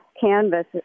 canvas